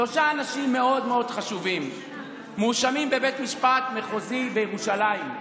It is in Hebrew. שלושה אנשים מאוד מאוד חשובים מואשמים בבית משפט מחוזי בירושלים.